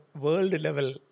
world-level